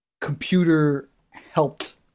computer-helped